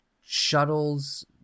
shuttles